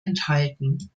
enthalten